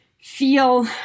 feel